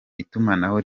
itumanaho